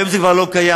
היום זה כבר לא קיים.